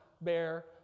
bear